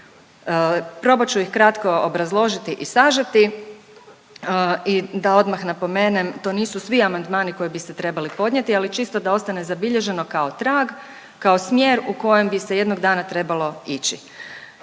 Probat ću ih kratko obrazložiti i sažeti i da odmah napomenem to nisu svi amandmani koji bi se trebali podnijeti ali čisto da ostane zabilježeno kao trag, kao smjer u kojem bi se jednog dana trebalo ići.